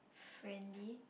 friendly